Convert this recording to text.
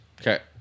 Okay